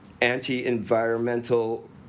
anti-environmental